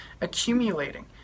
accumulating